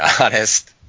honest